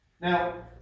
Now